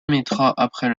après